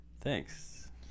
Thanks